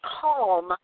calm